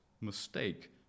mistake